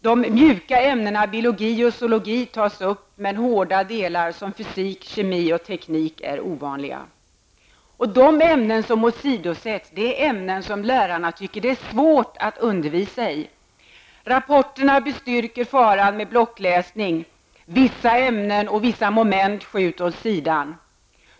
De ''mjuka'' ämnena biologi och zoologi tas upp, medan ''hårda'' ämnen som fysik, teknik och kemi är ovanliga. De ämnen som åsidosättes är ämnen lärarna tycker det är svårt att undervisa i. Rapporterna bestyrker faran med blockläsning -- vissa ämnen och moment skjuts åt sidan.